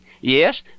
Yes